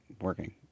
working